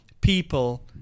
people